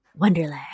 Wonderland